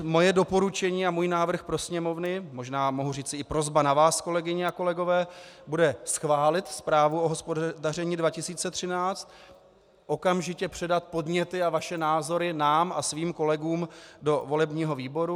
Moje doporučení a můj návrh pro Sněmovnu, možná mohu říci i prosba na vás, kolegyně a kolegové, bude schválit zprávu o hospodaření v roce 2013, okamžitě předat podněty a vaše názory nám a svým kolegům do volebního výboru.